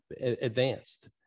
advanced